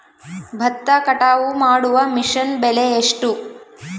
ಭತ್ತ ಕಟಾವು ಮಾಡುವ ಮಿಷನ್ ಬೆಲೆ ಎಷ್ಟು?